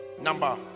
number